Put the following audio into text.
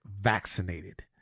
vaccinated